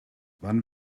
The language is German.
wann